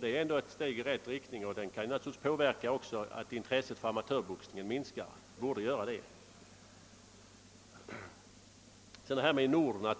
Den är ändå ett steg i rätt riktning och kan göra att intresset för amatörboxningen minskar. I varje fall borde det göra det.